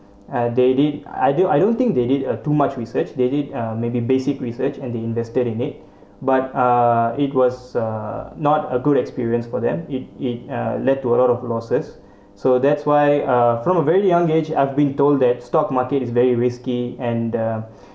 ah they did I do I don't think they did uh too much research they did uh maybe basic research and they invested in it but uh it was a not a good experience for them it it uh led to a lot of losses so that's why uh from a very young age I've been told that stock market is very risky and the